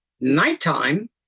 nighttime